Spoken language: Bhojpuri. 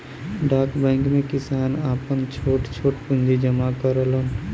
डाक बैंक में किसान आपन छोट छोट पूंजी जमा करलन